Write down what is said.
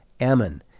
Ammon